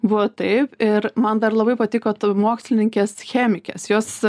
buvo taip ir man dar labai patiko ta mokslininkės chemikės jos